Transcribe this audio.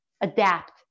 adapt